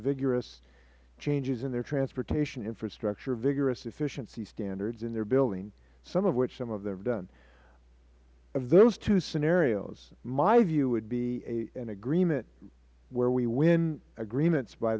vigorous changes in their transportation infrastructure vigorous efficiency standards in their building some of which some of them have done of those two scenarios my view would be an agreement where we win agreements by